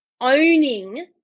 owning